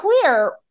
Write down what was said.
clear